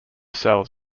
cells